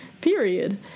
period